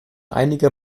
einige